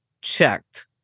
checked